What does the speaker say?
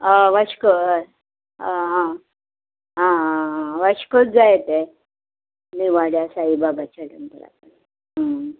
हय वाश्को हय आं आं आं आं वाश्कोच जाय तें निव वाड्यार साईबाबाच्या टॅम्पला कडेन